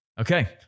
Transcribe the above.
Okay